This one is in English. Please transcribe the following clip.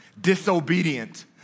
disobedient